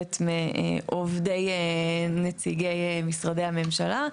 שמורכבת מעובדי נציגי משרדי הממשלה.